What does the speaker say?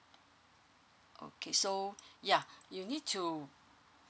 okay so yeah you need to